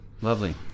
Lovely